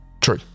True